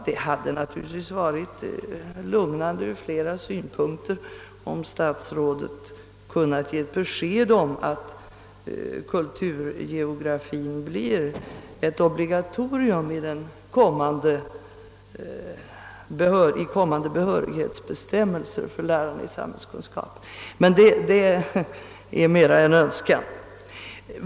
Det hade naturligtvis varit lugnande ur flera synpunkter, om statsrådet kunnat ge besked om att kulturgeografien blir ett obligatorium i kommande behörighetsbestämmelser för lärare i samhällskunskap. Men det är mera en önskan.